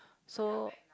so